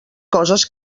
coses